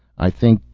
i think,